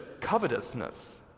covetousness